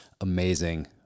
amazing